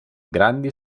grandi